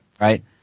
Right